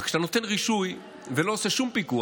רק שכשאתה נותן רישוי ולא עושה שום פיקוח,